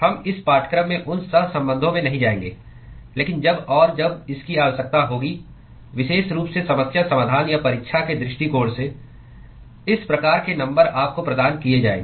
हम इस पाठ्यक्रम में उन सहसंबंधों में नहीं जाएंगे लेकिन जब और जब इसकी आवश्यकता होगी विशेष रूप से समस्या समाधान या परीक्षा के दृष्टिकोण से इस प्रकार के नंबर आपको प्रदान किए जाएंगे